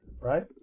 right